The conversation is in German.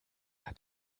der